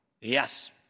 Yes